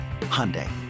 Hyundai